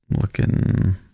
looking